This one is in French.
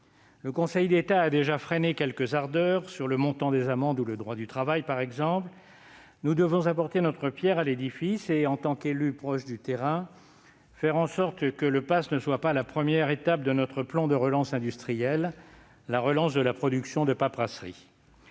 Le Conseil d'État a déjà freiné quelques ardeurs sur le montant des amendes ou le droit du travail. Nous devons apporter notre pierre à l'édifice et, en tant qu'élus proches du terrain, faire en sorte que le passe sanitaire ne soit pas la première étape de notre plan de relance industrielle, la relance de la production de paperasserie.